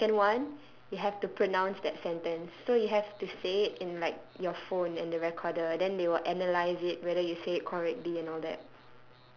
then the second one you have to pronounce that sentence so you have to say it in like your phone in then recorder and then they will analyze it whether you say it correctly and all that